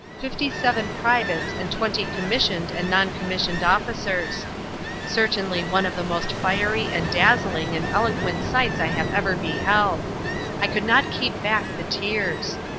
fifty-seven privates and twenty commissioned and non-commissioned officers certainly one of the most fiery and dazzling and eloquent sights i have ever beheld. i could not keep back the tears.